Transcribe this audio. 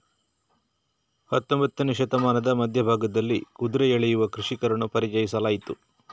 ಹತ್ತೊಂಬತ್ತನೇ ಶತಮಾನದ ಮಧ್ಯ ಭಾಗದಲ್ಲಿ ಕುದುರೆ ಎಳೆಯುವ ಕೃಷಿಕರನ್ನು ಪರಿಚಯಿಸಲಾಯಿತು